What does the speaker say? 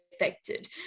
affected